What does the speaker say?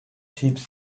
ships